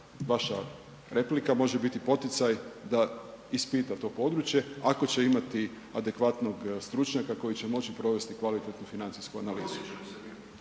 vaša replika može biti poticaj da ispita to područje, ako će imati adekvatnog stručnjaka koji će moći provesti kvalitetnu financijsku analizu.